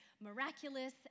miraculous